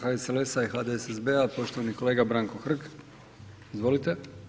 HSLS-a i HDSSB-a, poštovani kolega Branko Hrg, izvolite.